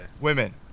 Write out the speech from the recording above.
Women